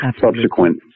subsequent